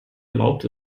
erlaubt